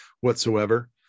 whatsoever